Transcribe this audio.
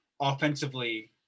offensively